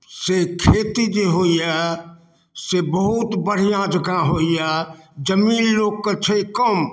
से खेती जे होइए से बहुत बढ़िआँ जकाँ होइए जमीन लोकके छै कम